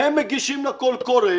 והם מגישים לה קול קורא,